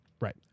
Right